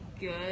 good